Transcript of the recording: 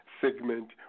segment